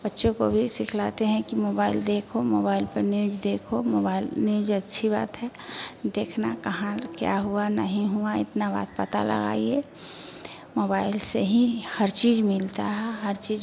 बच्चों को भी सिखलाते हैं कि मोबाइल देखो मोबाइल पर न्यूज देखो मोबाइल न्यूज अच्छी बात है देखना कहाँ क्या हुआ नहीं हुआ इतना बात पता लगाइए मोबाइल से ही हर चीज़ मिलता हाँ हर चीज़